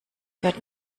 wird